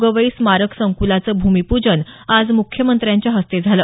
गवई स्मारक संकुलाचं भूमिपूजन आज मुख्यमंत्र्यांच्या हस्ते झालं